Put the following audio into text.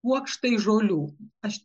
kuokštai žolių aš